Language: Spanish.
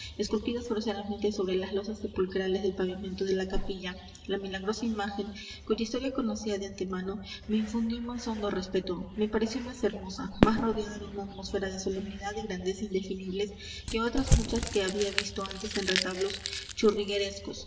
esculpidas groseramente sobre las losas sepulcrales del pavimento de la capilla la milagrosa imagen cuya historia conocía de antemano me infundió más hondo respeto me pareció más hermosa más rodeada de una atmósfera de solemnidad y grandeza indefinibles que otras muchas que había visto antes en retablos churriguerescos